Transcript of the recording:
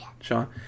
Sean